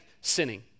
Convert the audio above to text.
sinning